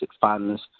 funds